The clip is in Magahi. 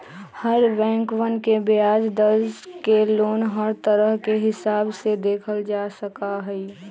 हर बैंकवन के ब्याज दर के लोन हर तरह के हिसाब से देखल जा सका हई